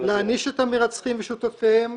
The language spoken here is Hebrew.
להעניש את המרצחים ושותפיהם